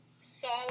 solid